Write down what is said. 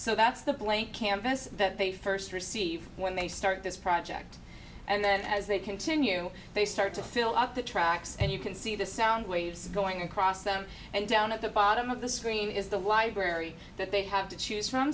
so that's the blank canvas that they first receive when they start this project and then as they continue they start to fill up the tracks and you can see the sound waves going across them and down at the bottom of the screen is the library that they have to choose from